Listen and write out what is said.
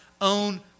own